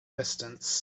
distance